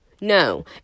No